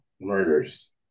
murders